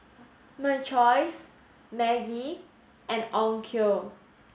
My Choice Maggi and Onkyo